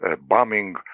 Bombing